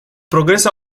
progrese